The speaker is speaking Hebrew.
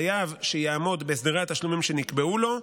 חייב שיעמוד בהסדרי התשלומים שנקבעו לו,